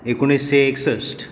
एकुणशें एकसश्ट